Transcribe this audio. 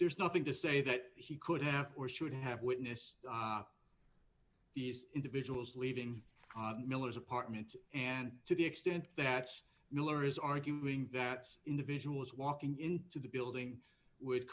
there's nothing to say that he could have or should have witnessed these individuals leaving miller's apartment and to the extent that miller is arguing that individuals walking into the building would